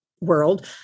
world